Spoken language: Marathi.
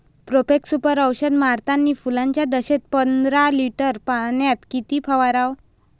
प्रोफेक्ससुपर औषध मारतानी फुलाच्या दशेत पंदरा लिटर पाण्यात किती फवाराव?